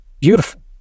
beautiful